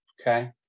Okay